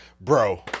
bro